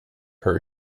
her